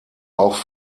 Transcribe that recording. auch